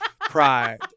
Pride